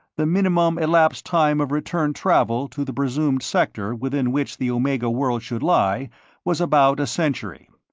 the minimum elapsed time of return travel to the presumed sector within which the omega world should lie was about a century.